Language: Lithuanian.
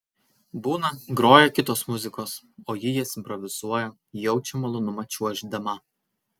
būna groja kitos muzikos o ji jas improvizuoja jaučia malonumą čiuoždama